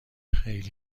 خیلی